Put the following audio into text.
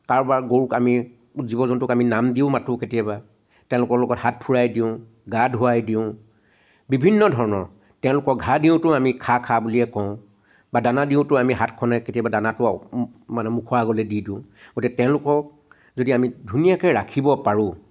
কাৰোবাৰ গৰুক আমি জীৱ জন্তুক আমি নাম দিও মাতো কেতিয়াবা তেওঁলোকৰ লগত হাত ফুৰাই দিওঁ গা ধুৱাই দিওঁ বিভিন্ন ধৰণৰ তেওঁলোকক ঘাঁহ দিওঁতেও আমি খা খা বুলিয়ে কওঁ বা দানা দিওঁতেও আমি হাতখনে কেতিয়াবা দানাটো মানে মু মুখৰ আগলে দি দিওঁ গতিকে তেওঁলোকক যদি আমি ধুনীয়াকৈ ৰাখিব পাৰো